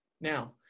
Now